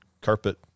carpet